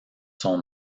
son